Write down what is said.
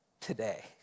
today